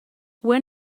when